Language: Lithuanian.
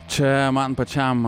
čia man pačiam